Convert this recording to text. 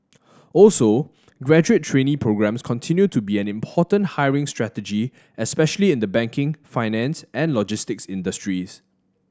also graduate trainee programmes continue to be an important hiring strategy especially in the banking finance and logistics industries